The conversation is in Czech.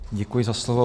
Děkuji za slovo.